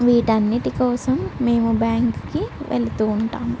వీటన్నిటి కోసం మేము బ్యాంక్కి వెళుతూ ఉంటాము